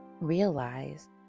realize